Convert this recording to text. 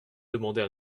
demander